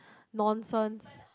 nonsense